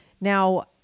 Now